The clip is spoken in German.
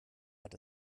hat